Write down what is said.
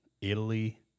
Italy